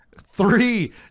three